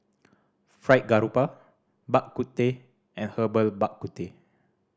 Fried Garoupa Bak Kut Teh and Herbal Bak Ku Teh